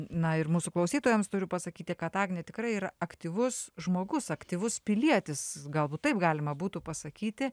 na ir mūsų klausytojams turiu pasakyti kad agnė tikrai yra aktyvus žmogus aktyvus pilietis galbūt taip galima būtų pasakyti